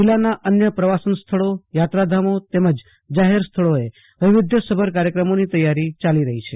જીલ્લાનાં અન્ય પ્રવાસન સ્થળોયાત્રાધામો તેમજ જાફેર સ્થળોએ વૈવિધ્યસભર કાર્યક્રમોની તૈયારી ચાલી રફી છે